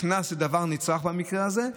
קנס זה דבר נצרך במקרה הזה,